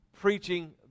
preaching